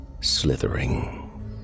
slithering